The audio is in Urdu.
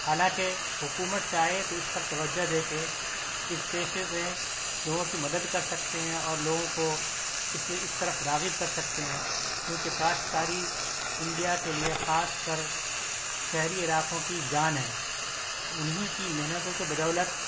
حالانکہ حکومت چاہے تو اس پر توجہ دے کے اس پیشے میں لوگوں کی مدد کر سکتے ہیں اور لوگوں کو اس اس طرف راغب کر سکتے ہیں چونکہ کاشتکاری انڈیا کے لئے خاص کر شہری علاقوں کی جان ہے انہی کی محنتوں کے بدولت